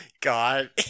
God